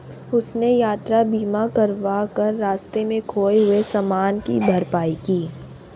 उसने यात्रा बीमा करवा कर रास्ते में खोए हुए सामान की भरपाई की